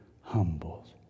humbled